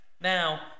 Now